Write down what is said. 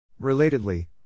Relatedly